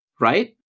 Right